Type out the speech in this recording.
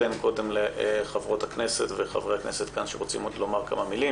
אתן קודם לחברי הכנסת שרוצים לומר כמה מילים.